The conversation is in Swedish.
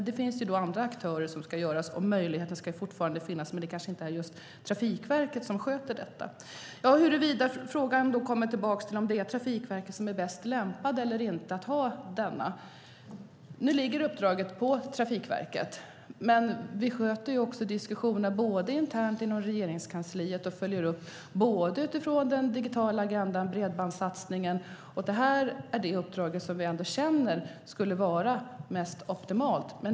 Det finns andra aktörer som ska göra det om möjligheten fortfarande ska finnas, men det kanske inte är just Trafikverket som sköter detta. Frågan kommer tillbaka till huruvida det är Trafikverket som är bäst lämpat eller inte att ha detta uppdrag. Nu ligger uppdraget på Trafikverket. Men vi har också diskussioner internt inom Regeringskansliet och följer upp både den digitala agendan och bredbandssatsningen. Det här är det uppdrag som vi ändå känner skulle vara mest optimalt.